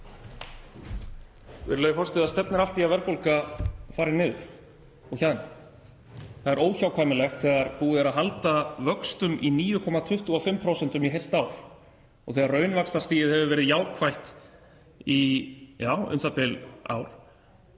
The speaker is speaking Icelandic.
Það er óhjákvæmilegt þegar búið er að halda vöxtum í 9,25% í heilt ár og þegar raunvaxtastigið hefur verið jákvætt í u.þ.b. ár.